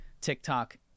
TikTok